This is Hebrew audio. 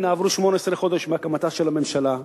הנה, עברו 18 חודש מהקמתה של הממשלה,